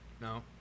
No